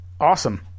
awesome